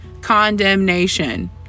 Condemnation